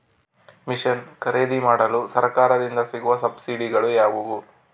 Mission ಖರೇದಿಮಾಡಲು ಸರಕಾರದಿಂದ ಸಿಗುವ ಸಬ್ಸಿಡಿಗಳು ಯಾವುವು?